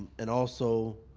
and also,